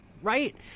Right